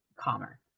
calmer